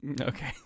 okay